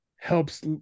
helps